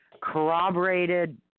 corroborated